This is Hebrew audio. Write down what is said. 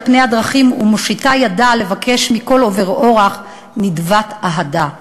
על פני הדרכים ומושיטה ידה לבקש מכל עובר אורח נדבת אהדה.